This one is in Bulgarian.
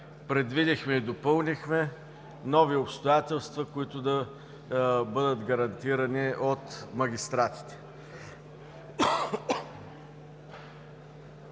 предвидихме и допълнихме нови обстоятелства, които да бъдат гарантирани от магистратите.